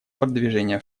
продвижения